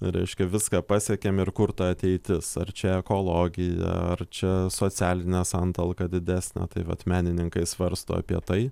reiškia viską pasiekėm ir kur ta ateitis ar čia ekologija ar čia socialinė santalka didesnė tai vat menininkai svarsto apie tai